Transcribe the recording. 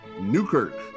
Newkirk